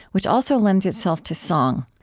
which also lends itself to song.